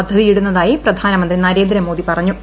പദ്ധതിയിടുന്നതായി പ്രധാനമന്ത്രി നരേന്ദ്രമോദി പറഞ്ഞു